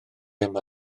yna